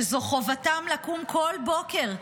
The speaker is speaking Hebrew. שזו חובתם לקום כל בוקר,